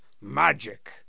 magic